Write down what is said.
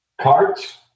Carts